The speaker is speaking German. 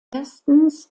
erstens